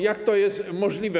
Jak to jest możliwe?